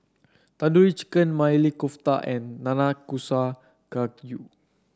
Tandoori Chicken Maili Kofta and Nanakusa Gayu